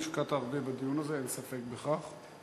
השקעת הרבה בדיון הזה, אין ספק בכך.